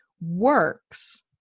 works